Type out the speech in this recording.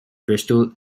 bristol